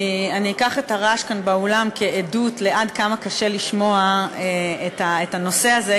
אני אקח את הרעש כאן באולם כעדות לעד כמה קשה לשמוע את הנושא הזה,